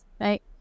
right